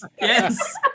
yes